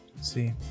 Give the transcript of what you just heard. See